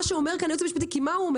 שאומר כאן היועץ המשפטי כי מה הוא אומר?